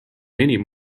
enim